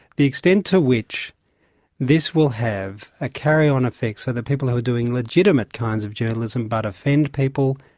the extent to which this will have a carry-on effect, so that people who are doing legitimate kinds of journalism but offend people,